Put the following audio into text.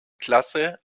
klasse